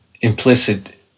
implicit